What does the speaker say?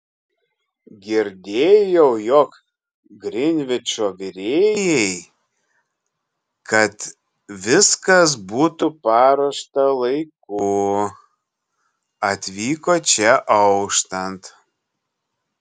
girdėjau jog grinvičo virėjai kad viskas būtų paruošta laiku atvyko čia auštant